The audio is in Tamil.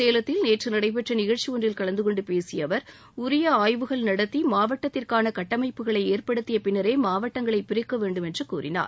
சேலத்தில் நேற்று நடைபெற்ற நிகழ்ச்சி ஒன்றில் கலந்து கொண்டு பேசிய அவர் உரிய ஆய்வுகள் நடத்தி மாவட்டத்திற்கான கட்டமைப்புக்களை ஏற்படுத்திய பின்னரே மாவட்டங்களைப் பிரிக்க வேண்டும் என்று கூறினார்